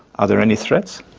are there any threats?